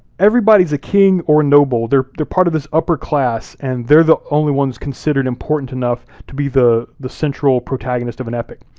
everybody is a king or noble, they're they're part of this upper class and they're the only ones considered important enough to be the the central protagonist of an epic.